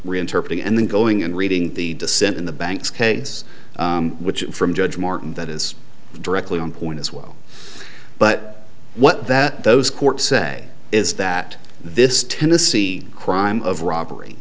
reinterpreting and then going and reading the dissent in the bank's case which from judge martin that is directly on point as well but what that those court say is that this tennessee crime of robbery